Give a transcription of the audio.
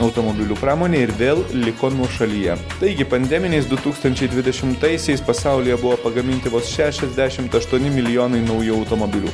automobilių pramonė ir vėl liko nuošalyje taigi pandeminiais du tūkstančiai dvidešimtaisiais pasaulyje buvo pagaminti vos šešiasdešimt aštuoni milijonai naujų automobilių